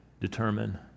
determine